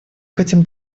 хотим